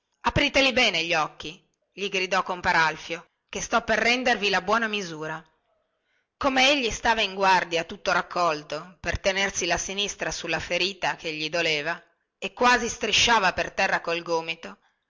apriteli bene gli occhi gli gridò compar alfio che sto per rendervi la buona misura come egli stava in guardia tutto raccolto per tenersi la sinistra sulla ferita che gli doleva e quasi strisciava per terra col gomito